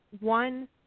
one